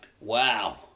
Wow